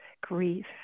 grief